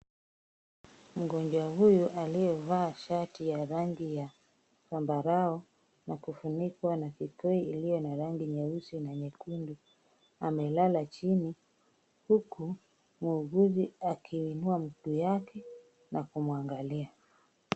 Mgonjwa huyu aliyevaa shati ya rangi ya zambarau na kufunikwa na kikoi iliyo na rangi nyeusi na nyekundu, amelala chini, huku muuguzi akiuinua mguu wake na kumwangalia.